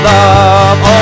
Love